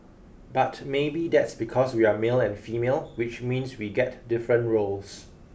but maybe that's because we're male and female which means we get different roles